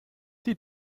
die